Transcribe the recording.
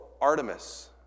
Artemis